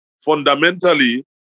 fundamentally